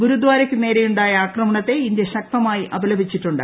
ഗുരുദാരയ്ക്കു നേരെയുണ്ടായ ആക്രമണത്തെ ഇന്ത്യ ശക്തമായി അപലപിച്ചിട്ടുണ്ട്